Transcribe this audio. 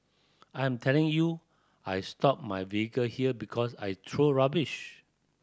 I'm telling you I stop my vehicle here because I throw rubbish